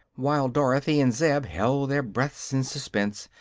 while dorothy and zeb held their breaths in suspense.